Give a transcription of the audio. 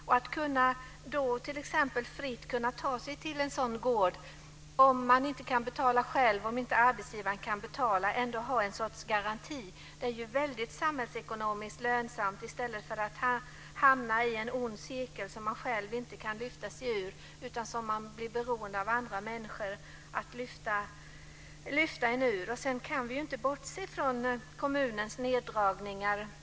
Att ha en sorts garanti för att man fritt ska kunna ta sig till en sådan gård om man inte kan betala själv eller om inte arbetsgivaren kan betala vore ju väldigt samhällsekonomiskt lönsamt, i stället för att man hamnar i en ond cirkel som man själv inte kan lyfta sig ur utan gör att man blir beroende av andra människor. Sedan kan vi ju inte bortse från kommunernas neddragningar.